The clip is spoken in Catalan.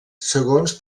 segons